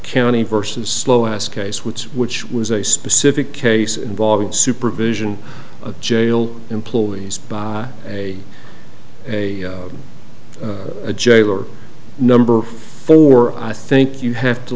county versus slow us case which which was a specific case involving supervision of jail employees by a a a jailer number four i think you have to